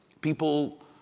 people